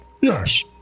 Yes